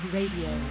Radio